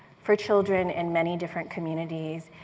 for children in many different communities,